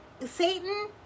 Satan